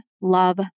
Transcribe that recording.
love